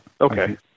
Okay